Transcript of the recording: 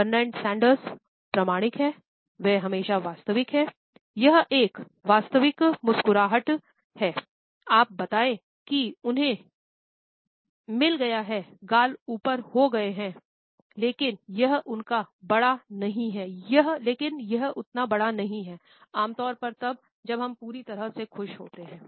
Bernard Sanders मिल गया है गाल ऊपर हो गए हैं लेकिन यह उतना बड़ा नहीं है आम तौर पर तबजब वह पूरी तरह से खुश होते है